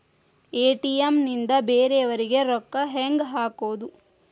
ATM ನಿಂದ ಬೇರೆಯವರಿಗೆ ರೊಕ್ಕ ಹೆಂಗ್ ಹಾಕೋದು?